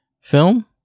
film